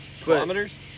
Kilometers